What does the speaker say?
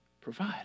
provide